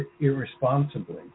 irresponsibly